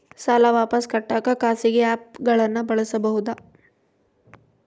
ಸಾಲ ವಾಪಸ್ ಕಟ್ಟಕ ಖಾಸಗಿ ಆ್ಯಪ್ ಗಳನ್ನ ಬಳಸಬಹದಾ?